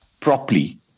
properly